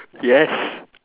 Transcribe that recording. yes